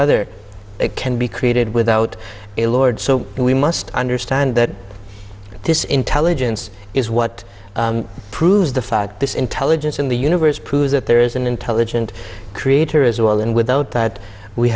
other can be created without a lord so we must understand that this intelligence is what proves the fact this intelligence in the universe proves that there is an intelligent creator as well and without that we